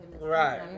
right